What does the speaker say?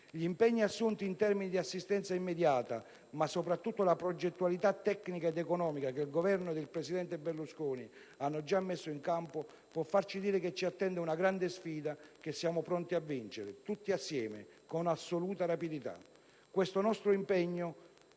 Gli impegni assunti in termini di assistenza immediata, ma soprattutto la progettualità tecnica ed economica che il Governo ed il presidente Berlusconi hanno già messo in campo, può farci dire che ci attende una grande sfida che siamo pronti a vincere tutti assieme, con assoluta rapidità. Questa è la promessa